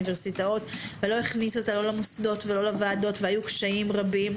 ולא הכניסו אותה לא למוסדות ולא לוועדות והיו קשיים רבים,